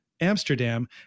Amsterdam